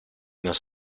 nos